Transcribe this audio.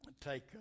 take